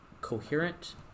coherent